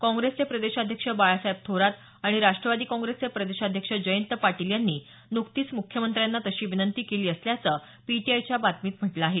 काँग्रेसचे प्रदेशाध्यक्ष बाळासाहेब थोरात आणि राष्ट्रवादी काँग्रेसचे प्रदेशाध्यक्ष जयंत पाटील यांनी नुकतीच मुख्यमंत्र्यांना तशी विनंती केली असल्याचं पीटीआयच्या बातमीत म्हटलं आहे